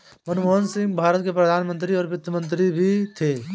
मनमोहन सिंह भारत के प्रधान मंत्री और वित्त मंत्री भी थे